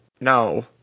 no